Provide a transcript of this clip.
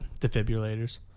defibrillators